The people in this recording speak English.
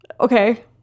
Okay